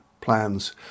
plans